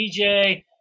DJ